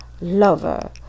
lover